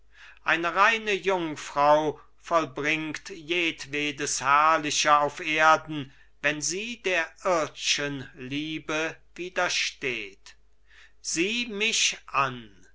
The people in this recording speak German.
eine reine jungfrau vollbringt jedwedes herrliche auf erden wenn sie der irdschen liebe widersteht sieh mich an